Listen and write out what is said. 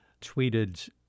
tweeted